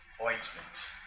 ointment